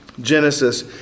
Genesis